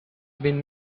been